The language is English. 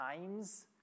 times